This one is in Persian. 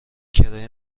کرایه